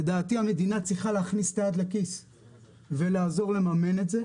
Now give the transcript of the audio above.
לדעתי המדינה צריכה להכניס את היד לכיס ולעזור לממן את זה,